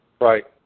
Right